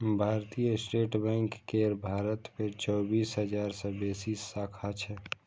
भारतीय state bank केर भारत मे चौबीस हजार सं बेसी शाखा छै